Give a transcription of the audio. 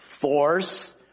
Force